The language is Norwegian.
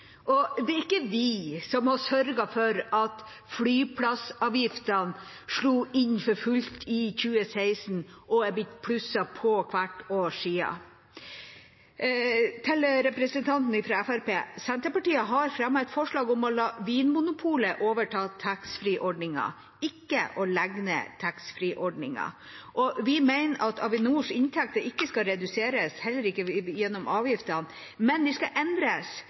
innført. Det er ikke vi som har sørget for at flyplassavgiftene slo inn for fullt i 2016 og er blitt plusset på hvert år siden. Til representanten fra Fremskrittspartiet: Senterpartiet har fremmet et forslag om å la Vinmonopolet overta taxfree-ordningen, ikke å legge ned taxfree-ordningen. Vi mener at Avinors inntekter ikke skal reduseres, heller ikke gjennom avgiftene, men at de skal endres,